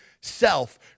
self